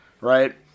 right